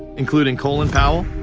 including colin powell,